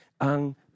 ang